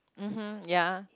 mmhmm ya